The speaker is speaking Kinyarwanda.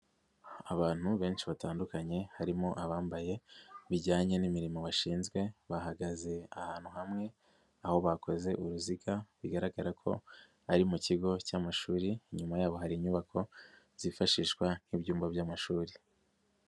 Abantu benshi batandukanye, harimo abambaye bijyanye n'imirimo bashinzwe, bahagaze ahantu hamwe, aho bakoze uruziga, bigaragara ko ari mu kigo cy'amashuri, inyuma yabo hari inyubako, zifashishwa nk'ibyumba by'amashuri.